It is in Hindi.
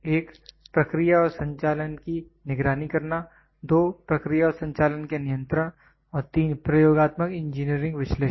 1 प्रक्रिया और संचालन की निगरानी करना 2 प्रक्रिया और संचालन के नियंत्रण और 3 प्रयोगात्मक इंजीनियरिंग विश्लेषण